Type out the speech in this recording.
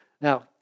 Now